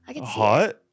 hot